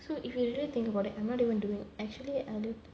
so if you really think about it I'm not even doing actually I did